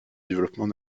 développement